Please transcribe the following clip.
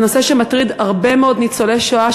זה נושא שמטריד הרבה מאוד ניצולי שואה,